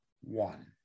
one